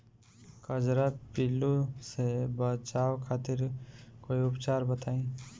कजरा पिल्लू से बचाव खातिर कोई उपचार बताई?